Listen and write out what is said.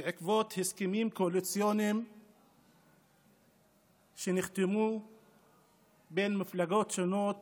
בעקבות הסכמים קואליציוניים שנחתמו בין מפלגות שונות